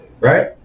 Right